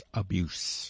abuse